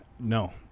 no